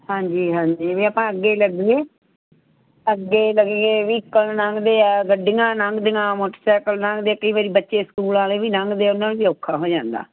ਹਾਂਜੀ ਹਾਂਜੀ ਵੀ ਆਪਾਂ ਅੱਗੇ ਲੱਗੀਏ ਅੱਗੇ ਲੱਗੀਏ ਵੀਹਕਲ ਲੰਘਦੇ ਆ ਗੱਡੀਆਂ ਲੰਘਦੀਆਂ ਮੋਟਰਸਾਈਕਲ ਲੰਗਦੇ ਕਈ ਵਾਰੀ ਬੱਚੇ ਸਕੂਲ ਵਾਲੇ ਵੀ ਲੰਘਦੇ ਉਹਨਾਂ ਨੂੰ ਵੀ ਔਖਾ ਹੋ ਜਾਂਦਾ